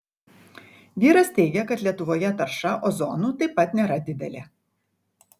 vyras teigia kad lietuvoje tarša ozonu taip pat nėra didelė